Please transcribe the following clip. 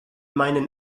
meinen